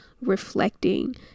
reflecting